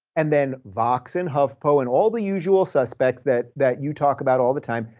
and then vox and huffpo and all the usual suspects that that you talk about all the time,